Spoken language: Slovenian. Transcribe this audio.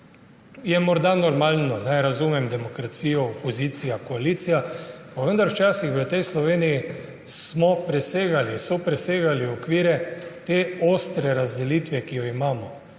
morda normalno, razumem demokracijo, opozicija, koalicija. Pa vendar smo včasih v Sloveniji presegali, so presegali okvire te ostre razdelitve, ki jo imamo,